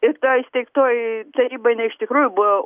ir ta įsteigtoji taryba jinai iš tikrųjų buvo